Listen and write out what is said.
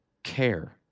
care